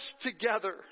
together